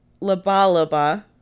Labalaba